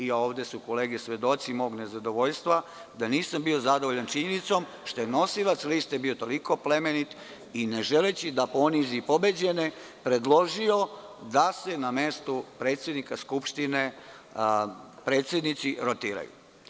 Ovde su kolege svedoci mog nezadovoljstva, da nisam bio zadovoljan činjenicom što je nosilac liste bio toliko plemenit i, ne želeći da ponizi pobeđene, predložio da se na mestu predsednika Skupštine predsednici rotiraju.